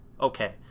okay